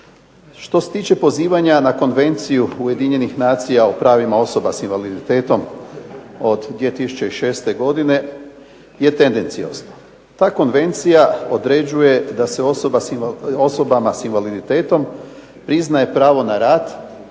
Što se tiče pozivanja na Konvenciju UN-a o pravima osoba s invaliditetom od 2006. godine je tendenciozno. Ta konvencija određuje da se osobama s invaliditetom priznaje pravo na rad,